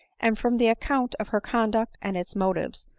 and from the account of her conduct and its motives,